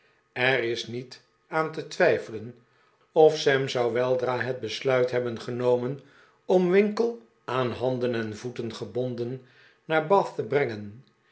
er is niet aan te twijfelen of sam zou weldra het besluit hebben genomen om winkle aan handen en voeten gebonden naar bath te brengen